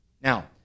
Now